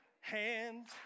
Hands